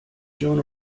john